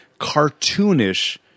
cartoonish